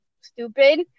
stupid